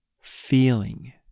feeling